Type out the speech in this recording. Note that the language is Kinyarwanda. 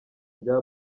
rya